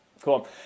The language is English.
Cool